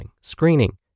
screening